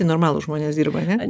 normalūs žmonės dirba ane